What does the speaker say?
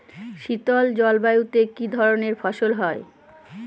শীতল জলবায়ুতে কি ধরনের ফসল হয়?